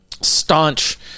staunch